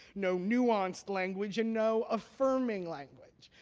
no nuanced language, and no affirming language.